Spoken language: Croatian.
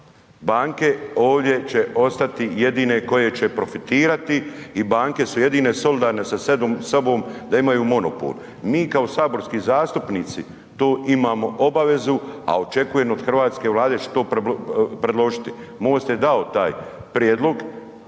Banke ovdje će ostati jedine koje će profitirati i banke su jedine solidarne sa sobom da imaju monopol. Mi kao saborski zastupnici to imamo obavezu, a očekujem od hrvatske Vlade da će to predložiti. MOST je dao taj prijedlog